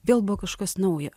vėl buvo kažkas nauja